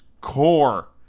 core